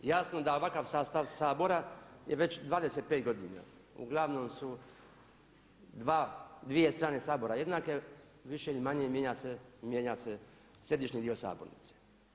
Jasno da ovakav sastav Sabora je već 25 godina, uglavnom su dvije strane Sabora jednake, više ili manje mijenja se središnji dio sabornice.